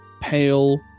pale